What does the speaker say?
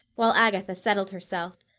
while agatha settled herself.